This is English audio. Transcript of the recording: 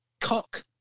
cock